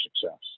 success